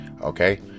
okay